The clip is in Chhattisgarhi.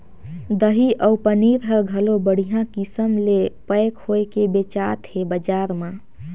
दही अउ पनीर हर घलो बड़िहा किसम ले पैक होयके बेचात हे बजार म